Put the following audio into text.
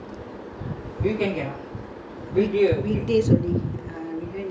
weekdays only ah we go and get the shopping items mm